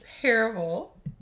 Terrible